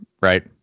right